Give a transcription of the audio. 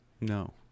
No